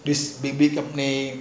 this big big company